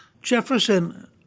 Jefferson